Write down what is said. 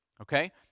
Okay